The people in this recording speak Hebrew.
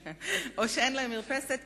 או שאין להם מרפסת בכלל.